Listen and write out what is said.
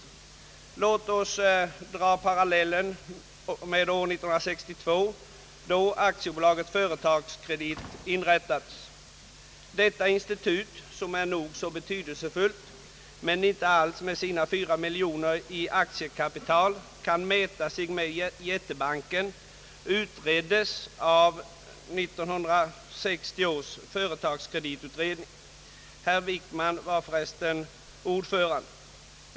Låt oss dra parallellen med inrättandet av AB Företagskredit år 1962. Detta institut är nog så betydelsefullt men kan med sina fyra miljoner i aktiekapital inte alls mäta sig med jättebanken. Frågan om institutet utreddes av 1960 års företagskreditutredning, där för övrigt herr Wickman var ordförande.